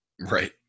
Right